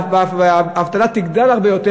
האבטלה תגדל הרבה יותר.